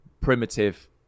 primitive